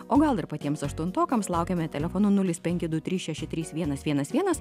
o gal ir patiems aštuntokams laukiame telefonu nulis penki du trys šeši trys vienas vienas vienas